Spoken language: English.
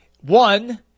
One